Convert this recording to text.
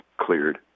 cleared